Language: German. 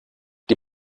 die